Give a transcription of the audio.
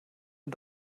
mir